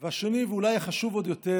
השני, ואולי החשוב עוד יותר,